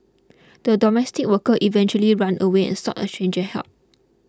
the domestic worker eventually ran away and sought a stranger's help